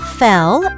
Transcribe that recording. fell